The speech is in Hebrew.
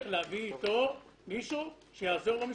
אפשרות להביא מישהו שיעזור לו משפטית.